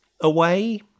away